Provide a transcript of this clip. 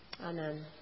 Amen